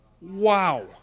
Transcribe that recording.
Wow